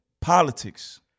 Politics